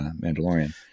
Mandalorian